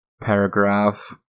paragraph